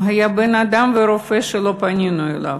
לא היה בן-אדם ורופא שלא פנינו אליו,